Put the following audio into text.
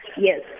Yes